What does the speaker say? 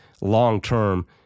long-term